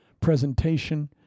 presentation